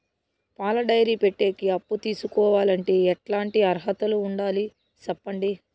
పాల డైరీ పెట్టేకి అప్పు తీసుకోవాలంటే ఎట్లాంటి అర్హతలు ఉండాలి సెప్పండి?